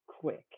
quick